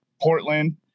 Portland